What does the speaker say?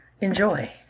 Enjoy